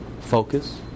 focus